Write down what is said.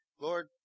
Lord